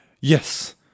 Yes